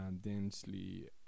densely